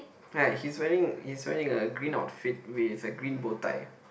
right he's wearing he's wearing a green outfit with a green bowtie